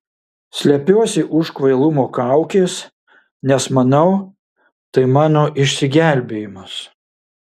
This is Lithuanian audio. slepiuosi už kvailumo kaukės nes manau tai mano išsigelbėjimas